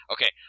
Okay